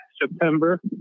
September